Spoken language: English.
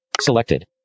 selected